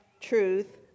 truth